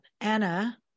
Anna